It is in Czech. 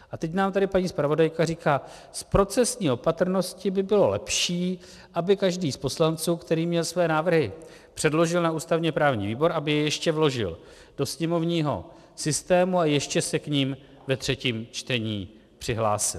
A teď nám tady paní zpravodajka říká: Z procesní opatrnosti by bylo lepší, aby každý z poslanců, který své návrhy předložil na ústavněprávním výbor, aby je ještě vložil do sněmovního systému a ještě se k nim ve třetím čtení přihlásil.